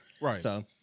right